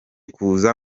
kuza